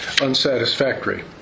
unsatisfactory